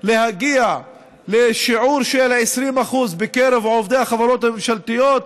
להגיע לשיעור של 20% בקרב עובדי החברות הממשלתיות,